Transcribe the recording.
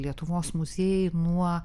lietuvos muziejai nuo